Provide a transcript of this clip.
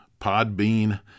Podbean